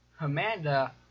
Amanda